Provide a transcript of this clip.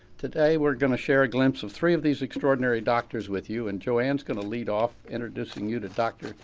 today we're going to share a glimpse of three of these extraordinary doctors with you and joann's going to lead off introducing you to dr.